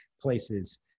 places